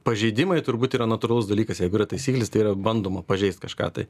pažeidimai turbūt yra natūralus dalykas jeigu yra taisyklės tai yra bandoma pažeist kažką tai